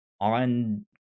on